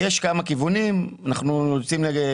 יש כמה כיוונים, אנחנו יוצאים לתמחור.